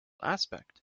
aspect